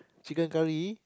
chicken curry